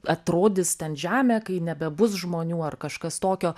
atrodys ten žemė kai nebebus žmonių ar kažkas tokio